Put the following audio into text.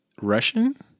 Russian